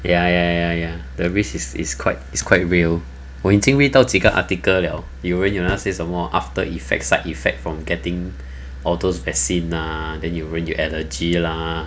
ya ya ya ya the risk is is quite is quite real 我已经 read 到几个 article 了有人 ah say some more after effect side effect from getting all those vaccine ah ah then 有人有 allergy lah